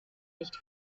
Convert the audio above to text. nicht